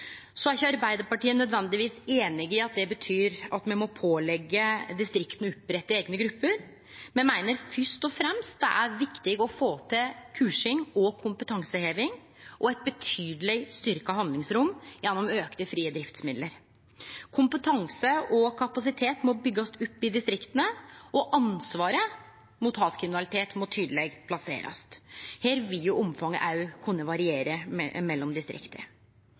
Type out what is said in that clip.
Arbeidarpartiet er ikkje nødvendigvis einig i at det betyr at me må påleggje distrikta å opprette eigne grupper. Me meiner først og fremst at det er viktig å få til kursing og kompetanseheving og eit betydeleg styrkt handlingsrom gjennom auking av dei frie driftsmidlane. Kompetanse og kapasitet må byggjast opp i distrikta, og ansvaret for arbeidet mot hatkriminalitet må tydeleg plasserast. Her vil omfanget kunne variere mellom distrikta.